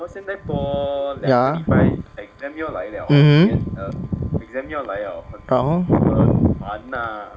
ya mmhmm 然后